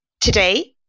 today